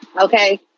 Okay